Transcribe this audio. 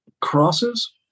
Crosses